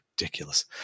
ridiculous